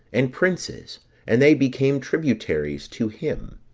and princes and they became tributaries to him.